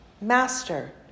Master